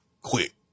Quick